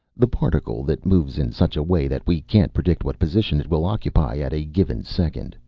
the particle that moves in such a way that we can't predict what position it will occupy at a given second.